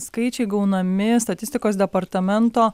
skaičiai gaunami statistikos departamento